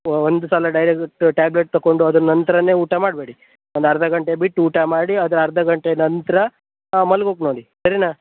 ಒಂದು ಸಲ direct tablet ತಗೊಂಡು ಅದ್ರ ನಂತ್ರವೇ ಊಟ ಮಾಡಬೇಡಿ ಒಂದು ಅರ್ಧ ಗಂಟೆ ಬಿಟ್ಟು ಊಟ ಮಾಡಿ ಅದ್ರ ಅರ್ಧ ಗಂಟೆ ನಂತರ ಮಲ್ಗೋಕ್ ನೋಡಿ ಸರಿಯಾ